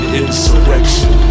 insurrection